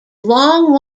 long